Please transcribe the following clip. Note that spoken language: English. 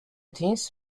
teens